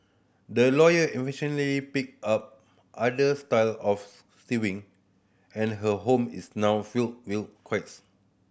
the lawyer eventually picked up other style of sewing and her home is now filled will quilts